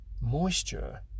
Moisture